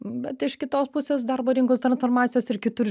bet iš kitos pusės darbo rinkos transformacijos ir kitur